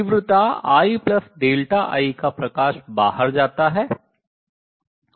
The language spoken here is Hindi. तीव्रता I∆I का प्रकाश बाहर जाता है